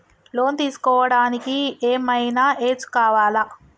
Loan తీస్కోవడానికి ఏం ఐనా ఏజ్ కావాలా?